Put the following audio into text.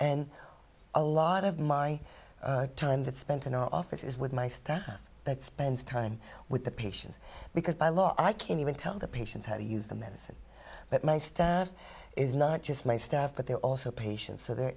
and a lot of my time that spent in our office is with my staff that spends time with the patients because by law i can even tell the patients how to use the medicine but my staff is not just my staff but they're also patients so they're